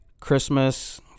Christmas